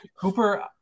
Cooper